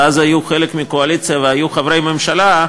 ואז היו חלק מקואליציה והיו חברי ממשלה,